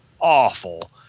awful